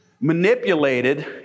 manipulated